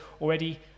already